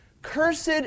Cursed